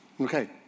Okay